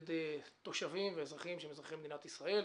כנגד תושבים ואזרחים שהם אזרחי מדינת ישראל.